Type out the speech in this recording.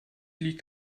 liegt